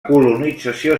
colonització